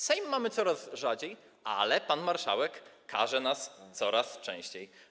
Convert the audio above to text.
Sejm mamy coraz rzadziej, ale pan marszałek karze nas coraz częściej.